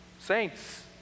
saints